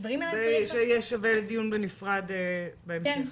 זה שווה שיהיה בדיון נפרד בהמשך.